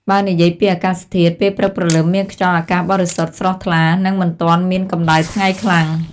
បើនិយាយពីអាកាសធាតុ ពេលព្រឹកព្រលឹមមានខ្យល់អាកាសបរិសុទ្ធ ស្រស់ថ្លា និងមិនទាន់មានកម្ដៅថ្ងៃខ្លាំង ។